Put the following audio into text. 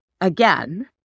again